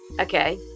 okay